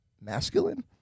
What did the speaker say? masculine